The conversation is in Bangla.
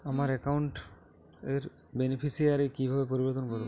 আমার অ্যাকাউন্ট র বেনিফিসিয়ারি কিভাবে পরিবর্তন করবো?